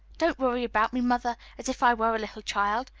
don't worry about me, mother, as if i were a little child,